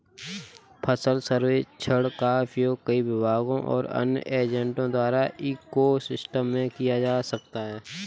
फसल सर्वेक्षण का उपयोग कई विभागों और अन्य एजेंटों द्वारा इको सिस्टम में किया जा सकता है